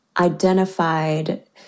identified